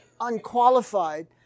unqualified